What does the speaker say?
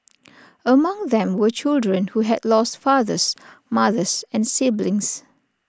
among them were children who had lost fathers mothers and siblings